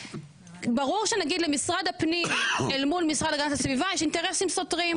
ברור שנגיד למשרד הפנים אל מול המשרד להגנת הסביבה יש אינטרסים סותרים.